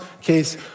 case